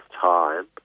time